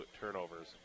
turnovers